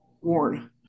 worn